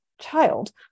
child